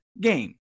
game